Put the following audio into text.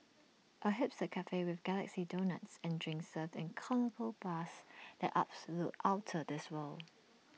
A hipster Cafe with galaxy donuts and drinks served in conical bus that's absolutely outta this world